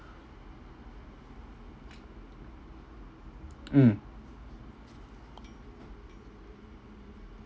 mm